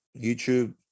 YouTube